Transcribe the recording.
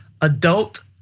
adult